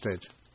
stage